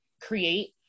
create